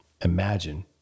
imagine